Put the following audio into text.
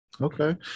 okay